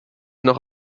noch